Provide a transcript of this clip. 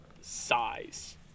size